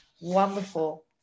wonderful